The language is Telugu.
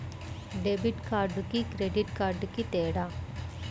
డెబిట్ కార్డుకి క్రెడిట్ కార్డుకి తేడా?